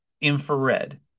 infrared